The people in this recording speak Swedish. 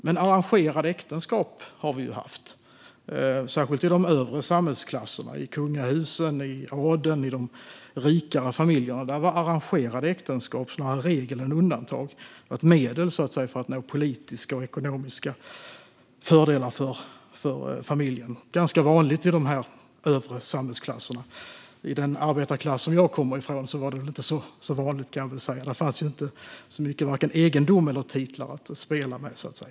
Men arrangerade äktenskap har vi haft, särskilt i de övre samhällsklasserna, i kungahusen, i adeln och i de rikare familjerna. Där var arrangerade äktenskap snarare regel än undantag, ett medel för att nå politiska och ekonomiska fördelar för familjen. Det var vanligt i de övre samhällsklasserna. I den arbetarklass som jag kommer från var det inte så vanligt. Där fanns inte så mycket egendom eller titlar att spela med.